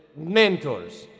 mentors.